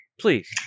please